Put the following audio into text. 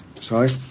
Sorry